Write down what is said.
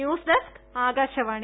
news desk Akashvani